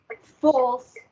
false